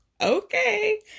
okay